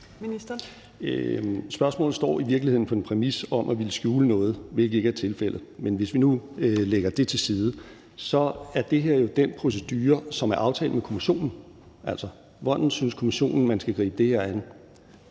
Spørgsmålet står i virkeligheden på en præmis om at ville skjule noget, hvilket ikke er tilfældet. Men hvis vi nu lægger det til side, er det her jo den procedure, som er aftalt med kommissionen, altså, hvordan kommissionen synes man skal gribe det her an.